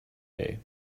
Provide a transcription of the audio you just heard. day